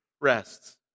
rests